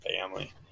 family